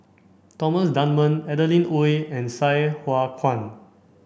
Thomas Dunman Adeline Ooi and Sai Hua Kuan